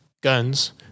Guns